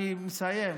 אני מסיים,